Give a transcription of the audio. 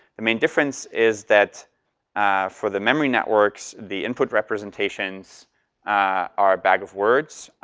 the main difference is that for the memory networks, the input representations are bag of words.